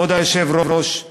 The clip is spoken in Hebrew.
כבוד היושב-ראש,